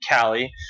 Callie